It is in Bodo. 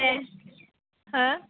दे हो